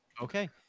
Okay